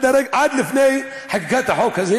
עד לפני חקיקת החוק הזה,